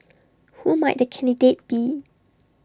who might the candidate be